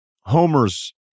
homers